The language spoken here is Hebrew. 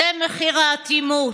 זה מחיר האטימות.